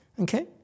Okay